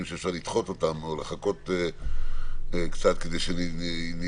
שאפשר לדחות אותם או לחכות קצת כדי שיתבהר,